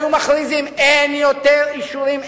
היו מכריזים: אין יותר אישורים.